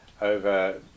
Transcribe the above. over